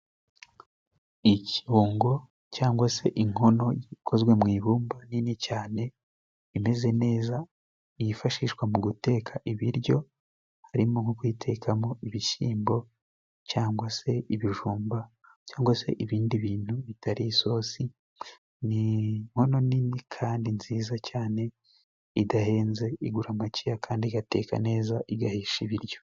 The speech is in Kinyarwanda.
Ikibungo cyangwa se inkono ikozwe mu ibumba nini cyane imeze neza, yifashishwa mu guteka ibiryo, harimo nko kuyitekamo ibishyimbo cyangwa se ibijumba, cyangwa se ibindi bintu bitari isosi. Ni inkono nini kandi nziza cyane, idahenze igura makeya, kandi igateka neza igahisha ibiryo.